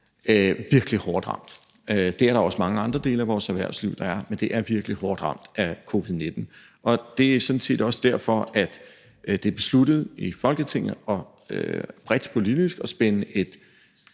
virkelig hårdt ramt. Det er der også mange andre dele af vores erhvervsliv der er, men de er virkelig hårdt ramt af covid-19, og det er sådan set også derfor, at det i Folketinget bredt politisk er besluttet